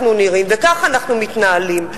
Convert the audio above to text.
וכך אנחנו נראים וכך אנחנו מתנהלים.